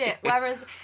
Whereas